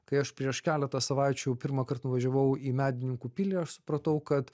kai aš prieš keletą savaičių pirmąkart nuvažiavau į medininkų pilį aš supratau kad